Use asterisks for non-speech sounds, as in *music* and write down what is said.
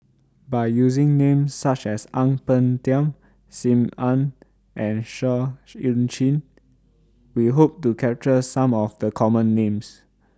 By using Names such as Ang Peng Tiam SIM Ann *noise* and Seah EU Chin We Hope to capture Some of The Common Names